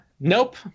nope